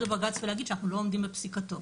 בבג"צ ולהגיד שאנחנו לא עומדים בפסיקתו.